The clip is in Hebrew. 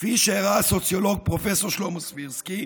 כפי שהראה הסוציולוג פרופ' שלמה סבירסקי,